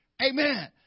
Amen